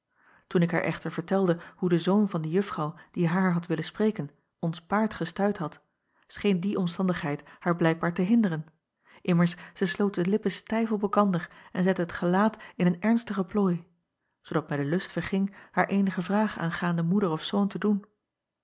oen ik haar echter vertelde hoe de zoon van de uffrouw die haar had willen spreken ons paard gestuit had scheen die omstandigheid haar blijkbaar te hinderen immers zij sloot de lippen stijf op elkander en zette het gelaat in een ernstigen plooi zoodat mij de lust verging haar eenige vraag aangaande moeder of zoon te doen